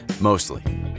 Mostly